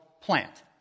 plant